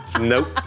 Nope